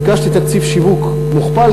ביקשתי תקציב שיווק מוכפל,